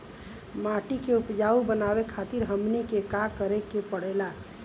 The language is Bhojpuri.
माटी के उपजाऊ बनावे खातिर हमनी के का करें के पढ़ेला?